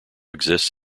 exists